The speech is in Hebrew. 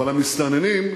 אבל המסתננים,